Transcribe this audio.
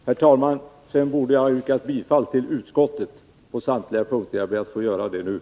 Herr talman! Jag ber att få yrka bifall till utskottets hemställan på alla punkter.